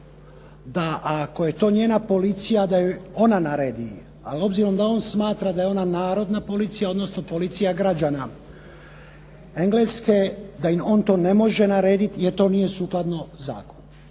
da ako je to njena policija da joj ona naredi. Ali obzirom da on smatra da je ona narodna policija, odnosno policija građana Engleske da im on to ne može narediti jer to nije sukladno zakonu.